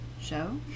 show